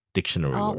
Dictionary